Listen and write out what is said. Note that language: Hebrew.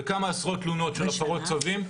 וכמה עשרות תלונות של הפרות צווים,